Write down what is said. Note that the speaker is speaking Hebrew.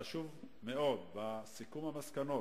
חשוב מאוד בסיכום המסקנות,